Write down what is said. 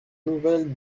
nouvelle